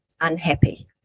unhappy